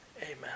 Amen